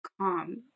calm